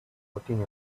looking